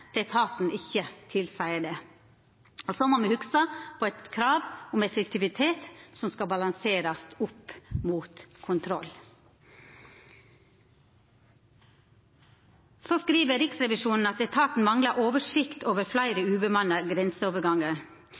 til etaten ikkje tilseier det. Så må me hugsa på eit krav om effektivitet, som skal balanserast opp mot kontroll. Riksrevisjonen skriv at etaten manglar oversikt over fleire ubemanna grenseovergangar.